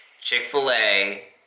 Chick-fil-A